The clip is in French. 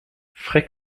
frais